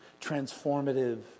transformative